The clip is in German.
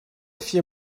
vier